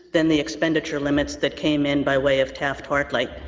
then the expenditure limits that came in by way of taft-hartley.